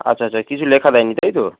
আচ্ছা আচ্ছা কিছু লেখা নেই তাই তো